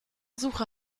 suche